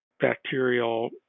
bacterial